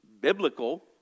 biblical